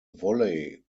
volley